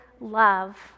love